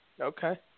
Okay